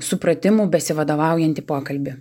supratimu besivadovaujantį pokalbį